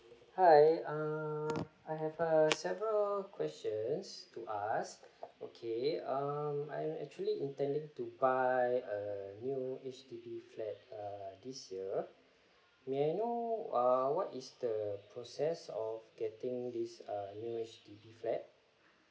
hi err I have a several questions to ask okay um I'm actually intending to buy a new H_D_B flat uh this year may I know err what is the process of getting this uh new H_D_B flat